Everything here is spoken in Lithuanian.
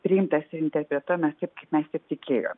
priimtas ir interpretuojamas taip kaip mes ir tikėjom